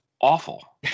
awful